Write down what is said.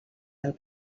del